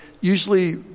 usually